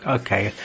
okay